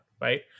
right